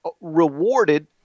rewarded